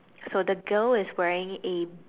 so the girl is wearing A